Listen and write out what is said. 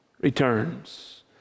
returns